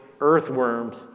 earthworms